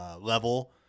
level